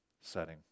setting